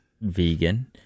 vegan